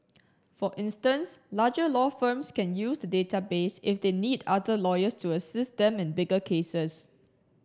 for instance larger law firms can use the database if they need other lawyers to assist them in bigger cases